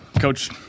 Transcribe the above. coach